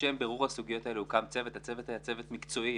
לשם בירור הסוגיות האלה הוקם צוות והצוות היה צוות מקצועי.